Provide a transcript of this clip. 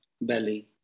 belly